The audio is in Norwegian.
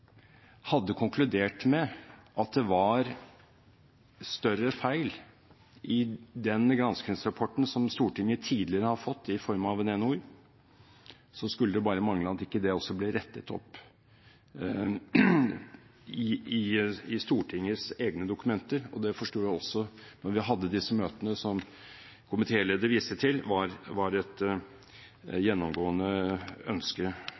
hadde konkludert med at det var større feil i den granskingsrapporten som Stortinget tidligere har fått i form av en NOU, skulle det bare mangle at ikke det ble rettet opp i Stortingets egne dokumenter. Det forsto jeg da vi hadde disse møtene som komitéleder viste til, at var et gjennomgående ønske